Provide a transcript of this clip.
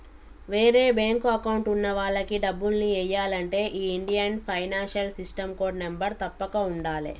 వేరే bank account ఉన్న వాళ్లకి డబ్బుల్ని ఎయ్యాలంటే ఈ Indian financial system code number తప్పక ఉండాలే